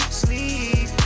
sleep